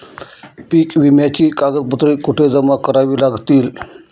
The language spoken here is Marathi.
पीक विम्याची कागदपत्रे कुठे जमा करावी लागतील?